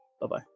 Bye-bye